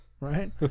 Right